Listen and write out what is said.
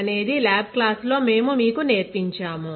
అనేది lab class లో మేము మీకు నేర్పించాము